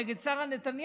נגד שרה נתניהו,